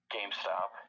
GameStop